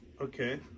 Okay